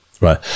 right